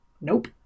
nope